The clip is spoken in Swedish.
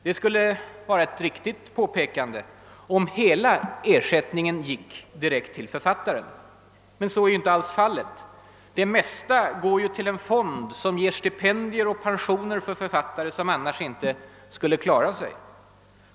Det skulle vara ett riktigt påpekande, om hela ersättningen gick direkt till författaren. Men så är alls inte fallet. Det mesta går till en fond som ger stipendier och pensioner till de författare, som annars inte alls skulle klara sig.